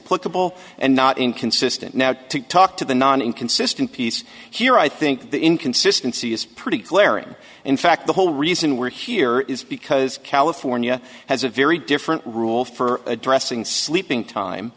political and not inconsistent now to talk to the non inconsistent piece here i think the inconsistency is pretty glaring in fact the whole reason we're here is because california has a very different rule for addressing sleeping time